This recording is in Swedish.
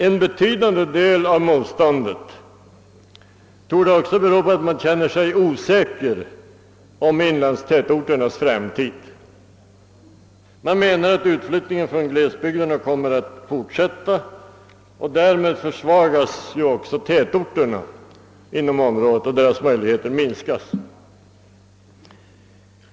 En betydande del av motståndet torde emellertid också bero på att man känner sig osäker om inlandstätorternas framtid. Man menar att utflyttningen från glesbygderna kommer att fortsätta, och därmed försvagas också tätorterna inom området och deras möjligheter minskas.